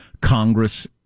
Congress